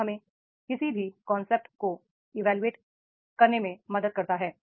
यह हमें किसी भी कांसेप्ट का इवेलुएट करने में मदद करता है